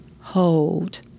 hold